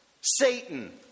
Satan